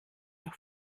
doch